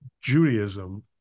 Judaism